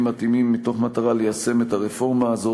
מתאימים מתוך מטרה ליישם את הרפורמה הזאת.